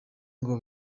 ngo